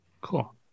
Cool